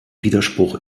widerspruch